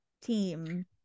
team